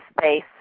Space